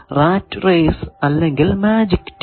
rat race അല്ലെങ്കിൽ magic tea